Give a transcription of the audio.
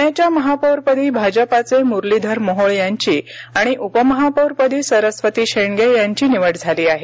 प्ण्याच्या महापौर पदी भाजपाचे मुरलीधर मोहोळ यांची आणि उपमहापौर पदी सरस्वती शेंडगे यांची निवड झाली आहे